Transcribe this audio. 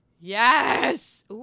Yes